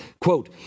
Quote